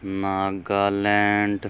Nagaland